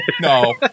no